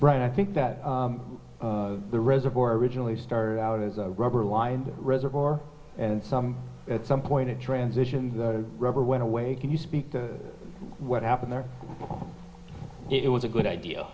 right i think that the reservoir originally started out as a rubber lined reservoir and some at some point it transitions out of rubber went away can you speak to what happened there it was a good idea